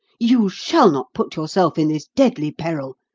you shall not put yourself in this deadly peril.